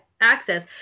access